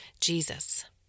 Jesus